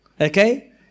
Okay